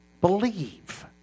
Believe